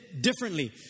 differently